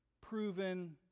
proven